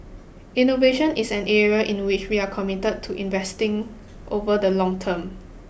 innovation is an area in which we are committed to investing over the long term